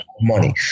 money